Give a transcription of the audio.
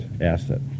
asset